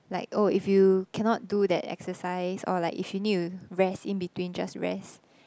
like oh if you cannot do that exercise or like if you need to rest in between just rest